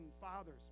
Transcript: fathers